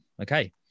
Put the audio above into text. Okay